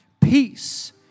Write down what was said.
peace